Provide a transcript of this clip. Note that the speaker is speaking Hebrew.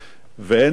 אין ספק,